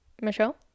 Michelle